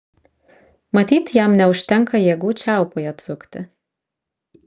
matyt jam neužtenka jėgų čiaupui atsukti